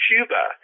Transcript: Cuba